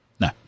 no